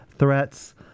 threats